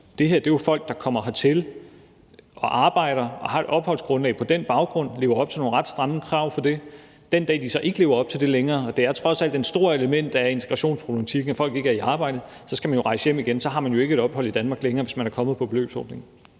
det her jo er folk, der kommer hertil og arbejder og har et opholdsgrundlag på den baggrund og lever op til nogle ret stramme krav for det. Den dag, de så ikke lever op til det længere – og det er trods alt et stort element af integrationsproblematikken, at folk ikke er i arbejde – så skal de jo rejse hjem igen, for så har de jo ikke et ophold i Danmark længere, hvis de er kommet på beløbsordningen.